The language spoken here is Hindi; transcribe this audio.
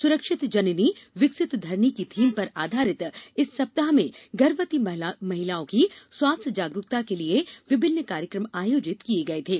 सुरक्षित जननी विकसित धरनी की थीम पर आधारित इस सप्ताह में गर्भवती महिलाओं की स्वास्थ्य जागरुकता के लिए विभिन्न कार्यक्रम आयोजित किए गए थे